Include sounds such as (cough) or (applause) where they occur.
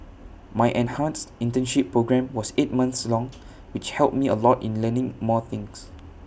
my enhanced internship programme was eight months long (noise) which helped me A lot in learning more things